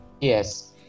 yes